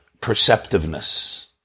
perceptiveness